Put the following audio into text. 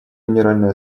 генеральная